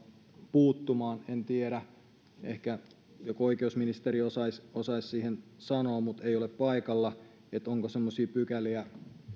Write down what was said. puuttumaan en tiedä ehkä oikeusministeri osaisi osaisi sanoa mutta ei ole paikalla onko semmoisia pykäliä